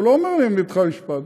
והוא לא אומר: אעמיד אותך למשפט,